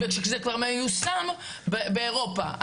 וזה כבר מיושם באירופה,